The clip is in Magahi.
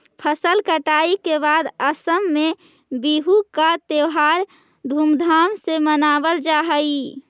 फसल कटाई के बाद असम में बिहू का त्योहार धूमधाम से मनावल जा हई